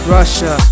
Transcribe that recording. Russia